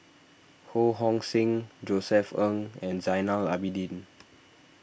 Ho Hong Sing Josef Ng and Zainal Abidin